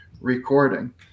recording